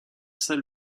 saint